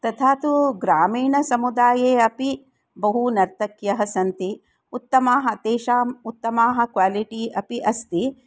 तथा तु ग्रामीणसमुदाये अपि बहुनर्तक्यः सन्ति उत्तमाः तासाम् उत्तमाः क्वालिटि अपि अस्ति